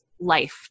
life